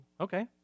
okay